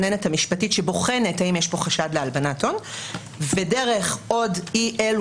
המשפטית שבוחנת האם יש פה חשד להלבנת הון ודרך עוד אי אילו